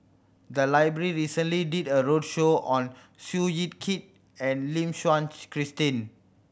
the library recently did a roadshow on Seow Yit Kin and Lim Christine